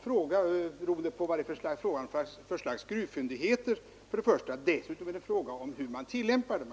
fråga, först och främst beroende på vilket slag av gruvfyndigheter som finns. Dessutom beror det på hur man tillämpar systemet.